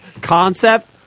concept